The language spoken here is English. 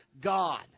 God